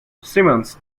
simmons